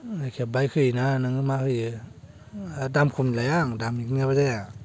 जायखिया बाइक होयो ना नोङो मा होयो आरो दाम खमनि लाया आं दामिकनि नङाबा जाया